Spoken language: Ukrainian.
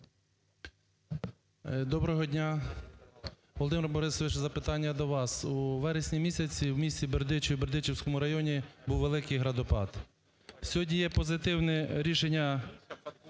Доброго дня. Володимир Борисович, запитання до вас. У вересні місяці в місті Бердичев Бердичевського району був великий градопад. Сьогодні є позитивне рішення,